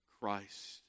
Christ